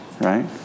Right